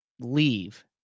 leave